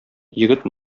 егет